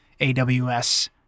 AWS